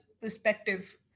perspective